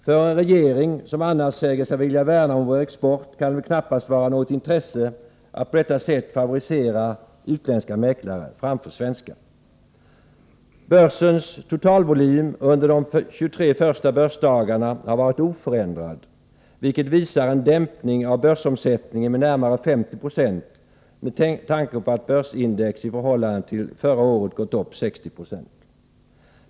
För en regering som annars säger sig vilja värna om vår export kan det väl knappast vara något intresse att på detta sätt favorisera utländska mäklare i förhållande till svenska. Börsens totalvolym under de 23 första börsdagarna har varit oförändrad, vilket innebär en dämpning av börsomsättningen med närmare 50 90, då börsindex i jämförelse med förra årets siffror gått upp 60 96.